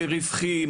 רווחי,